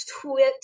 tweet